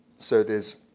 so there's,